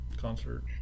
concert